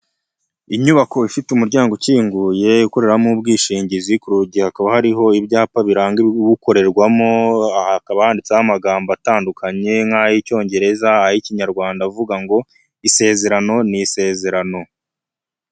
Umuhanda w'umukara aho uganisha ku bitaro byitwa Sehashiyibe, biri mu karere ka Huye, aho hahagaze umuntu uhagarika imodoka kugirango babanze basuzume icyo uje uhakora, hakaba hari imodoka nyinshi ziparitse.